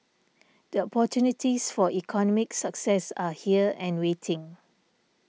the opportunities for economic success are here and waiting